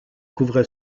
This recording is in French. couvre